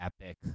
epic